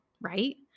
right